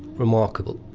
remarkable.